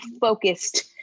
focused